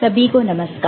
सभी को नमस्कार